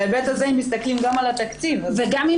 בהיבט הזה אם מסתכלים גם על התקציב אז --- וגם אם